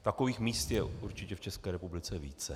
Takových míst je určitě v České republice více.